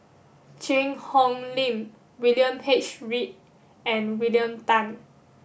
Cheang Hong Lim William H Read and William Tan